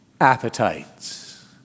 appetites